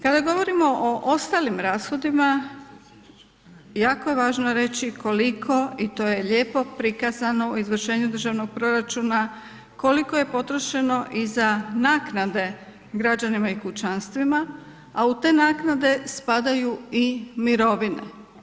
Kada govorimo o ostalim rashodima jako je važno reći koliko i to je lijepo prikazano u izvršenju državnog proračuna, koliko je potrošeno i za naknade građanima i kućanstvima, a u te naknade spadaju i mirovine.